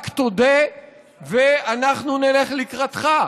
רק תודה ואנחנו נלך לקראתך,